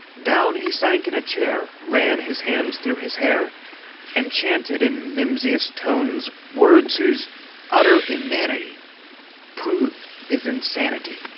down he sank in a chair ran his hands through his hair and chanted in mimsiest tones words whose utter inanity proved his insanity,